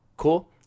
Cool